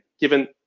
given